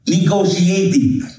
negotiating